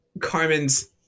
carmen's